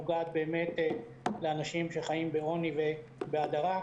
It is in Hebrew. הזו נוגעת באמת לאנשים שחיים בעוני ובהדרה,